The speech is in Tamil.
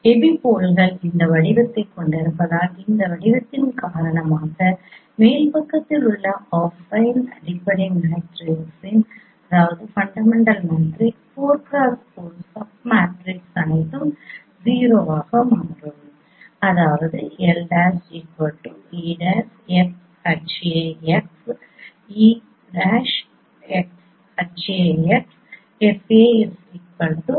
எபிபோல்கள் இந்த வடிவத்தை கொண்டிருப்பதால் இந்த வடிவத்தின் காரணமாக மேல் பக்கத்தில் உள்ள அஃபைன் அடிப்படை மேட்ரிக்ஸின் 4x4 சப் மேட்ரிக்ஸ் அனைத்தும் 0 ஆக மாறும்